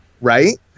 Right